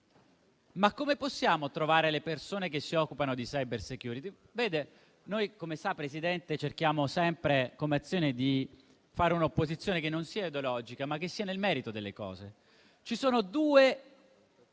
Ma come possiamo trovare le persone che si occupino di *cybersecurity*? Come sa, Presidente, noi cerchiamo sempre, come Azione, di fare un'opposizione che non sia ideologica, ma che entri nel merito delle cose. Ci sono due